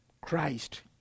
Christ